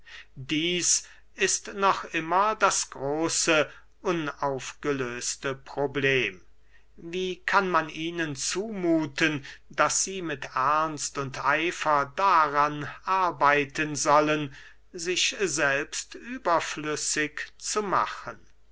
dieß ist noch immer das große unaufgelöste problem wie kann man ihnen zumuthen daß sie mit ernst und eifer daran arbeiten sollen sich selbst überflüssig zu machen